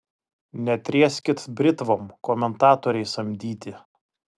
netrieskit britvom komentatoriai samdyti